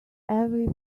every